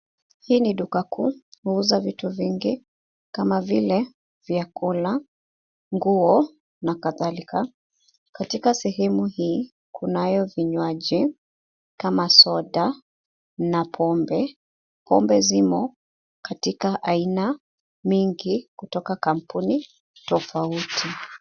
Hii ni duka kuu. Huuza vitu vingi kama vile vyakula, nguo na kadhalika. Katika sehemu hii, kunayo vinywaji kama soda na pombe. Pombe zimo katika aina mingi kutoka kampuni tofauti.